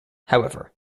however